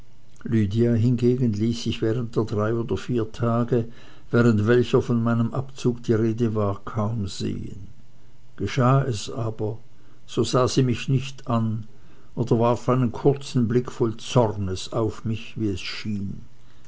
lydia hingegen ließ sich während der drei oder vier tage während welcher von meinem abzug die rede war kaum sehen geschah es aber so sah sie mich nicht an oder warf einen kurzen blick voll zornes auf mich wie es schien